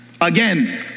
again